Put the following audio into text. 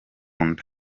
nda